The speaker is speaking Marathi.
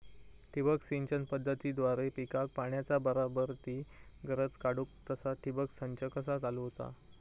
ठिबक सिंचन पद्धतीद्वारे पिकाक पाण्याचा बराबर ती गरज काडूक तसा ठिबक संच कसा चालवुचा?